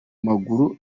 maguru